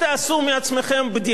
תהיו רציניים לרגע,